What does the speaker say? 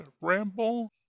ramble